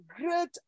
great